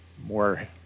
more